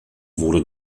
wurde